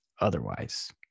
otherwise